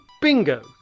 bingo